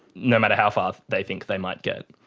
no matter how far they think they might get.